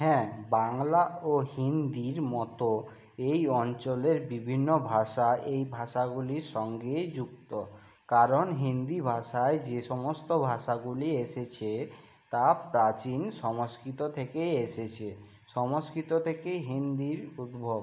হ্যাঁ বাংলা ও হিন্দির মতো এই অঞ্চলের বিভিন্ন ভাষা এই ভাষাগুলির সঙ্গেই যুক্ত কারণ হিন্দি ভাষায় যে সমস্ত ভাষাগুলি এসেছে তা প্রাচীন সমস্কিত থেকেই এসেছে সংস্কৃত থেকেই হিন্দির উদ্ভব